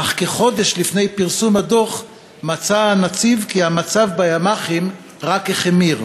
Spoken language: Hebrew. אך כחודש לפני פרסום הדוח מצא הנציב כי המצב בימ"חים רק החמיר.